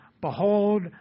Behold